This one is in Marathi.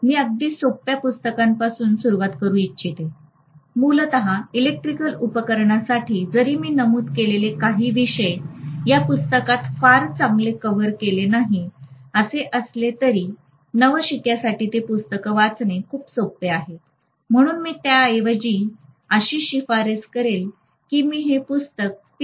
मी अगदी सोप्या पुस्तकांपासून सुरूवात करू इच्छिते मूलतः इलेक्ट्रिकल उपकरणसाठी जरी मी नमूद केलेले काही विषय या पुस्तकात फार चांगले कव्हर केले नाहीत असे असले तरी नवशिक्यासाठी ते पुस्तक वाचणे खूप सोपे आहे म्हणून मी त्याऐवजी अशी शिफारस करेन की हे पुस्तक पी